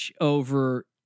over